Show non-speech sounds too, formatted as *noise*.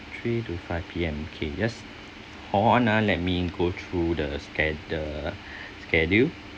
three to five P_M okay just hold on ah let me go through the sced~ the *breath* schedule